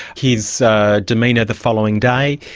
his demeanour the following day.